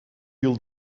yıl